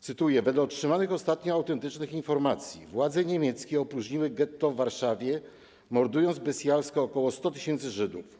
Cytuję: „Wedle otrzymanych ostatnio licznych autentycznych informacji, władze niemieckie opróżniły getto w Warszawie, mordując bestialsko ok. 100 000 Żydów.